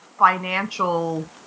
financial